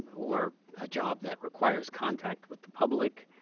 or a job that requires contact with the public.